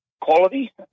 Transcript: quality